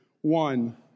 one